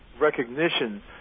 recognition